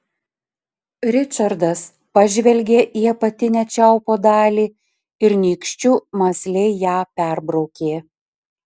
ričardas pažvelgė į apatinę čiaupo dalį ir nykščiu mąsliai ją perbraukė